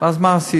ואז מה עשיתי?